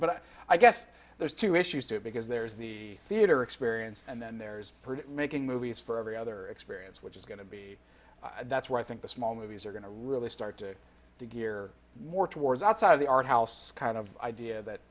but i guess there's two issues to it because there's the theater experience and then there's making movies for every other experience which is going to be that's where i think the small movies are going to really start to gear more towards outside of the art house kind of idea that